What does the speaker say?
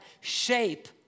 shape